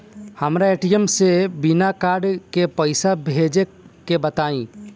हमरा ए.टी.एम से बिना कार्ड के पईसा भेजे के बताई?